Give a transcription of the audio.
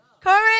Courage